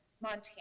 Montana